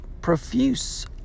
Profuse